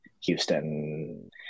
Houston